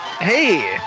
Hey